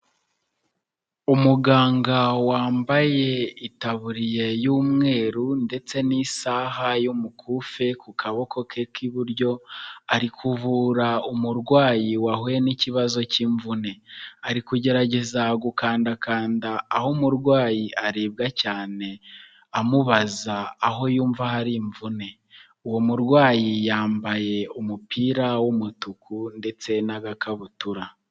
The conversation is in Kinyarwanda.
Umuganga wambaye itaburiya y'umweru ndetse n'isaha y'umukufe ku kaboko ke k'iburyo, ari kuvura umurwayi wahuye n'ikibazo cy'imvune, ari kugerageza gukandakanda aho umurwayi aribwa cyane amubaza aho yumva hari imvune, uwo murwayi yambaye umupira w'umutuku ndetse n'agakabutura.